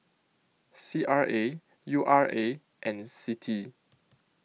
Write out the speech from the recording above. C R A U R A and CITI